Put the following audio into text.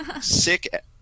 Sick